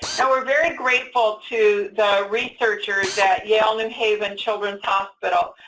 so are very grateful to the researchers at yale new haven children's hospital,